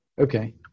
Okay